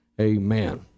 Amen